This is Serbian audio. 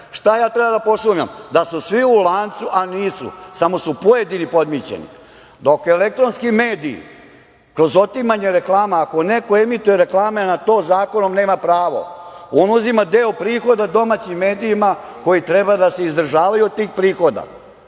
Šta ja treba da posumnjam? Da su svi u lancu, a nisu, samo su pojedini podmićeni. Dok elektronski mediji kroz otimanje reklama, ako neko emituje reklame, a na to zakonom nema pravo, on uzima deo prihoda domaćim medijima koji treba da se izdržavaju od tih prihoda,